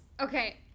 Okay